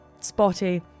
spotty